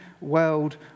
World